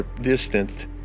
distanced